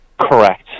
Correct